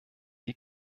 die